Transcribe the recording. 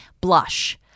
Blush